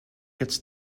gets